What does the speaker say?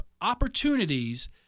opportunities